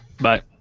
Bye